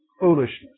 Foolishness